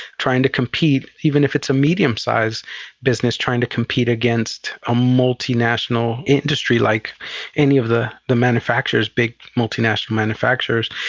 trying to compete, even if it's a medium-size business trying to compete against a multinational industry like any of the the manufacturers, big multinational manufacturers.